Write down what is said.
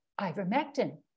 ivermectin